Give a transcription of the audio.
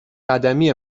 قدمی